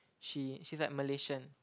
she she's like Malaysian